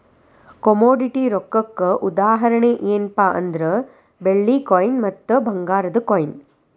commodity ರೊಕ್ಕಕ್ಕ ಉದಾಹರಣಿ ಯೆನ್ಪಾ ಅಂದ್ರ ಬೆಳ್ಳಿ ಕಾಯಿನ್ ಮತ್ತ ಭಂಗಾರದ್ ಕಾಯಿನ್